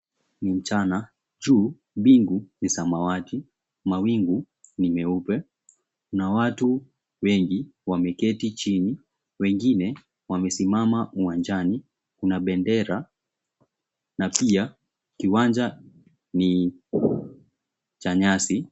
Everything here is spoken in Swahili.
Ni mchana. Juu, bingu ni samawati. Mawingu ni meupe na watu wengi wameketi chini. Wengine wamesimama uwanjani. Kuna bendera na pia kiwanja ni cha nyasi.